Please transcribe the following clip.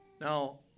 Now